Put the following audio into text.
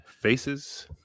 faces